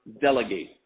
delegate